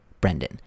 Brendan